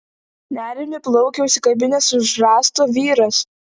nerimi plaukia užsikabinęs už rąsto vyras